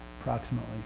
approximately